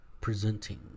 Presenting